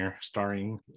starring